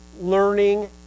learning